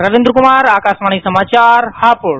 रविंद्र कुमार आकाशवाणी समाचार हापुड़